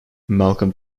malcolm